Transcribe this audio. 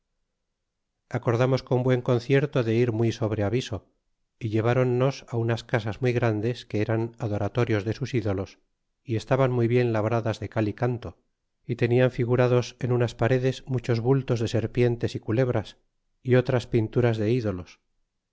acordamos con buen concierto de ir muy sobre aviso y lleváronnos unas casas muy grandes que eran adoratorios de sus ídolos y estaban muy bien labradas de cal y canto y tenian figurados en unas paredes muchos bultos de serpientes y culebras y otras pinturas die dolos